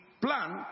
plan